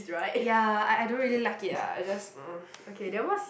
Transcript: ya I I don't really like it ah I just